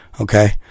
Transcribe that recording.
Okay